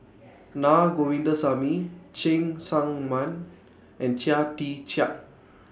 Naa Govindasamy Cheng Tsang Man and Chia Tee Chiak